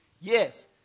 Yes